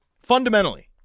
fundamentally